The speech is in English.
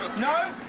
no?